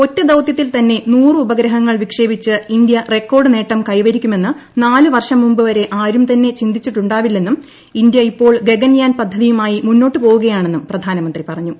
ഒറ്റ ദൌത്യത്തിൽ തന്നെ ന്റൂറ്റ് ഉപ്ഗ്രഹങ്ങൾ വിക്ഷേപിച്ച് ഇന്ത്യ റെക്കോർഡ് നേട്ടം ക്കൈപിരിക്കുമെന്ന് നാല് വർഷം മുമ്പ് വരെ ആരുംതന്നെ ചിന്തിച്ചിട്ടുണ്ടാവില്ലെന്നും ഇന്ത്യ ഇപ്പോൾ ഗഗൻയാൻ പദ്ധതിയുമായി മുന്നോട്ട് പോകുകയാണെന്നും പ്രധാനമന്ത്രി പറഞ്ഞു